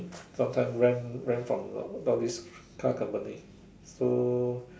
sometimes rent rent from this car company so